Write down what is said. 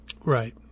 Right